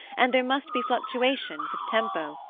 and there must be fluctuations of tempo,